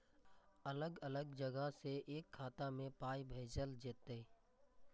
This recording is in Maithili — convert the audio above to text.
अलग अलग जगह से एक खाता मे पाय भैजल जेततै?